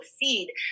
feed